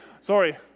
Sorry